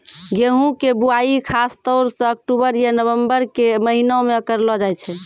गेहूँ के बुआई खासतौर सॅ अक्टूबर या नवंबर के महीना मॅ करलो जाय छै